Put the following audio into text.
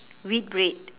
wheat bread